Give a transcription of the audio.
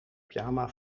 pyjama